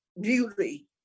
beauty